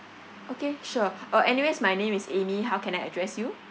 okay sure uh anyways my name is amy how can I address you